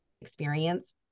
experience